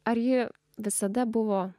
ar ji visada buvo